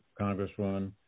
Congresswoman